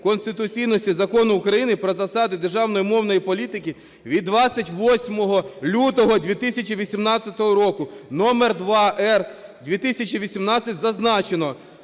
конституційності Закону України "Про засади державної мовної політики" від 28 лютого 2018 року № 2-р/2018 зазначено: